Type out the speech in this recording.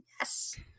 Yes